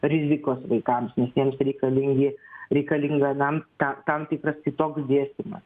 rizikos vaikams nes jiems reikalingi reikalinga na tam tikras kitoks dėstymas